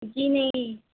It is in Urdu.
جی نہیں